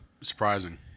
Surprising